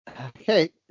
Okay